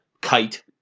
Kite